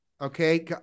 Okay